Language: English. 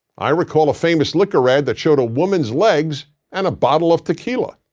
i recall a famous liquor ad that showed a woman's legs and a bottle of tequila.